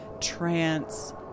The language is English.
trance